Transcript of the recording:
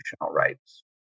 rights